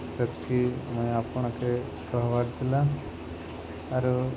ସେତ୍କି ମୁଇଁ ଆପଣ୍କେ କହେବାର୍ ଥିଲା ଆରୁ